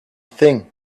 thing